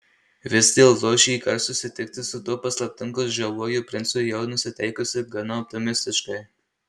vis dėlto šįkart susitikti su tuo paslaptingu žaviuoju princu ėjau nusiteikusi gana optimistiškai